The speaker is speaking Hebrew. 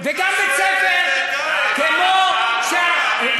וגם בית-ספר, למה אתה שואל מאיזו עדה הם?